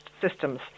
systems